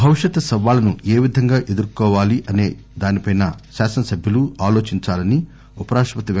భవిష్యత్ సవాళ్లను ఏ విధంగా ఏదుర్కోవాలని అసే దానిపై శాసన సభ్యులు ఆలోచిందాలని ఉపరాష్తపతి ఎం